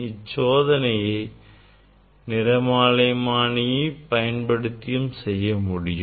இந்த சோதனையை நிறமாலைமானி பயன்படுத்தியும் செய்ய முடியும்